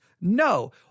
No